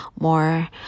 more